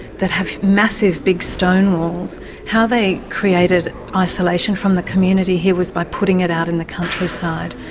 that have massive big stone walls how they created isolation from the community here was by putting it out in the countryside.